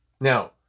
now